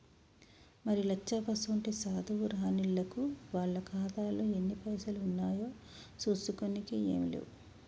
మరి లచ్చవ్వసోంటి సాధువు రానిల్లకు వాళ్ల ఖాతాలో ఎన్ని పైసలు ఉన్నాయో చూసుకోనికే ఏం లేవు